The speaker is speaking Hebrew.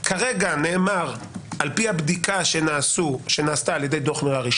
כרגע נאמר על פי הבדיקה שנעשתה על ידי דוח מררי,